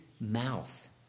mouth